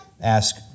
ask